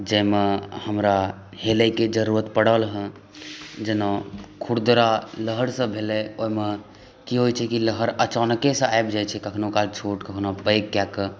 जाहिमे हमरा हेलैके जरुरत पड़ल हँ जेना खुरदुरा लहर सभ भेलै ओहिमे की होइ छै कि लहर अचानके से आबि जाइ छै कखनो काल छोट कखनो पैघ कऽ के